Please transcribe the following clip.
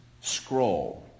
Scroll